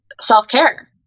self-care